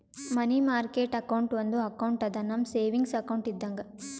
ಮನಿ market account ಒಂದು account ಅದಾ, ನಮ್ ಸೇವಿಂಗ್ಸ್ ಅಕೌಂಟ್ ಇದ್ದಂಗ